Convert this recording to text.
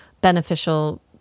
beneficial